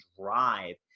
drive